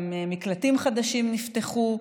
גם מקלטים חדשים נפתחו,